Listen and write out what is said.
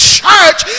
church